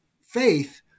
faith